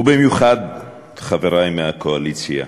ובמיוחד חברי מהקואליציה,